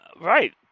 right